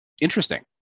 interesting